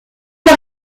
par